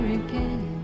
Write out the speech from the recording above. again